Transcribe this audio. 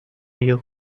you